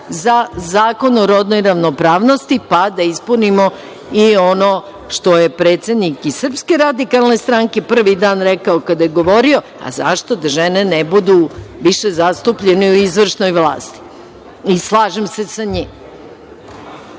za zakon o rodnoj ravnopravnosti, pa da ispunimo i ono što je i predsednik SRS prvi dan rekao kada je govorio, a zašto da žene ne budu više zastupljene u izvršnoj vlasti. Slažem se sa